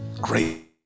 great